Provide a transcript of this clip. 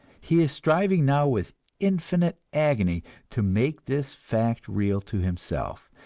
he is striving now with infinite agony to make this fact real to himself,